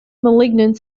malignant